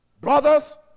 Brothers